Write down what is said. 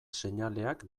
seinaleak